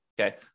Okay